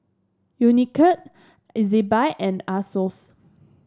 Unicurd Ezbuy and Asos